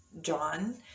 John